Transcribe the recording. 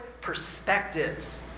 perspectives